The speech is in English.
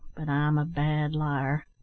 but i'm a bad liar.